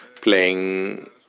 playing